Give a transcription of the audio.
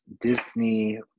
Disney